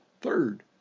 Third